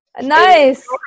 Nice